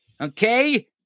Okay